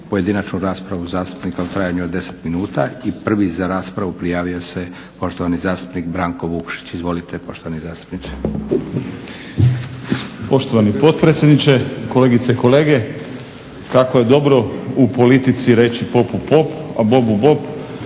pojedinačnu raspravu zastupnika u trajanju od 10 minuta. Prvi za raspravu prijavio se poštovani zastupnik Branko Vukšić. Izvolite poštovani zastupniče. **Vukšić, Branko (Hrvatski laburisti - Stranka rada)** Poštovani potpredsjedniče, kolegice i kolege kako je dobro u politici reći popu pop, a bobu bob